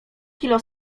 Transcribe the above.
kilo